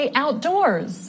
outdoors